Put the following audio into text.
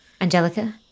Angelica